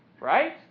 Right